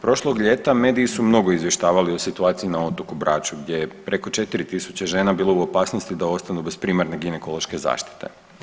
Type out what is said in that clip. Prošlog ljeta mediji su mnogo izvještavali o situaciji na otoku Braču gdje je preko 4.000 žena bilo u opasnosti da ostanu bez primarne ginekološke zaštite.